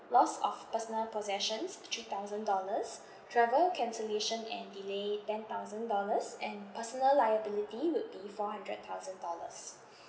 loss of personal possessions three thousand dollars travel cancellation and delay ten thousand dollars and personal liability would be four hundred thousand dollars